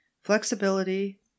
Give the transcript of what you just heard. flexibility